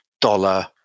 dollar